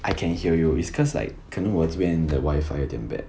I can hear you it's cause like 可能我这边的 wifi 有一点 bad